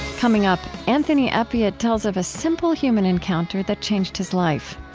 coming up, anthony appiah tells of a simple human encounter that changed his life,